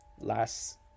last